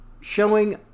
showing